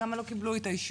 כמה לא קיבלו את האישור?